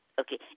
Okay